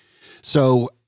So-